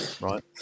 right